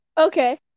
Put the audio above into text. Okay